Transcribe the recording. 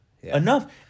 Enough